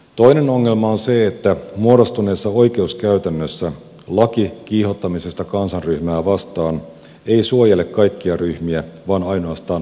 toinen ongelma on se että muodostuneessa oikeuskäytännössä laki kiihottamisesta kansanryhmää vastaan ei suojele kaikkia ryhmiä vaan ainoastaan osaa niistä